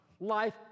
Life